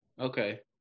Okay